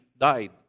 died